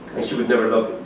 and she would never love him.